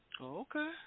okay